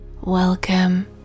Welcome